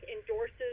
endorses